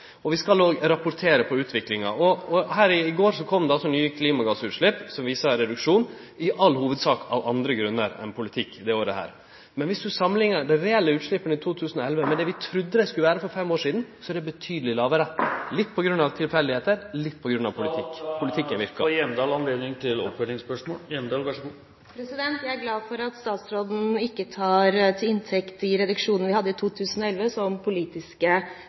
Vi skal òg rapportere om utviklinga. I går kom det ny informasjon om klimagassutslepp som viser ein reduksjon – i all hovudsak av andre grunnar enn politikk dette året. Men dersom ein samanliknar dei reelle utsleppa i 2011 med det vi trudde dei skulle vere for fem år sidan, så er dei betydeleg lågare – litt på grunn av slump og litt på grunn av at politikken verkar. Jeg er glad for at statsråden ikke tar de reduksjonene vi hadde i 2011, til inntekt for politiske